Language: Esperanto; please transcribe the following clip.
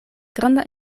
granda